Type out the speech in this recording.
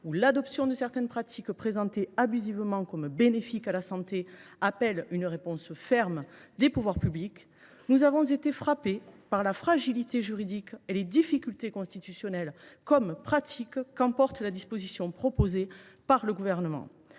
ou l’adoption de certaines pratiques abusivement présentées comme bénéfiques à la santé appelle une réponse ferme des pouvoirs publics, nous avons été frappés par la fragilité juridique et par les difficultés tant constitutionnelles que pratiques qu’emporte la disposition proposée par le Gouvernement.